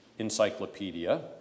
Encyclopedia